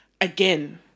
Again